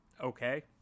Okay